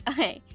Okay